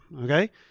Okay